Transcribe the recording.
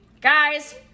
guys